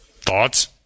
Thoughts